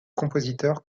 compositeur